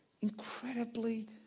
incredibly